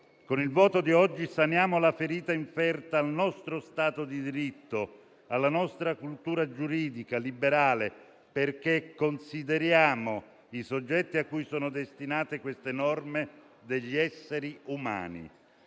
con il voto di oggi saniamo la ferita inferta al nostro Stato di diritto, alla nostra cultura giuridica liberale, perché consideriamo i soggetti a cui sono destinate queste norme degli esseri umani.